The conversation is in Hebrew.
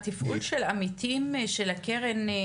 התפעול של עמיתים של הקרן,